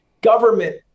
government